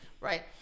Right